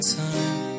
time